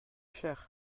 cher